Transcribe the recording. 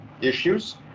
Issues